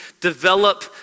develop